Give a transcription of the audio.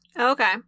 okay